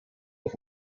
auf